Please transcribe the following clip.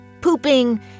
pooping